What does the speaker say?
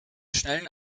schnellen